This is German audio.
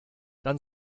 dann